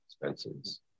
expenses